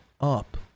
up